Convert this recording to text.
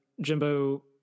Jimbo